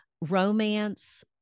romance